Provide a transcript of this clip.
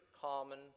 common